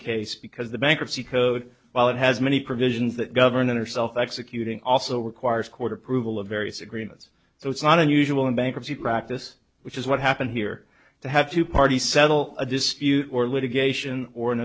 case because the bankruptcy code while it has many provisions that governor self executing also requires court approval of various agreements so it's not unusual in bankruptcy practice which is what happened here to have two party settle a dispute or litigation or an